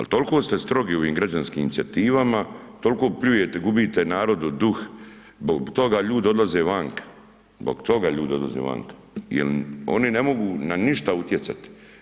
Jer toliko ste strogi u ovim građanskim inicijativama, toliko pljujete, gubite narodov duh, zbog toga ljudi odlaze vanka, zbog toga ljudi odlaze vanka jer oni ne mogu n a ništa utjecati.